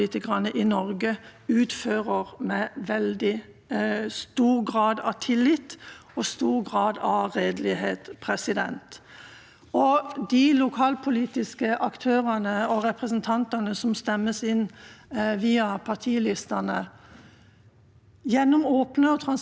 De lokalpolitiske aktørene og representantene som stemmes inn via partilistene, gjennom åpne og transparente valgrunder, er også heldigvis grunnsteinene i den loven som vi behandler i dag. Michael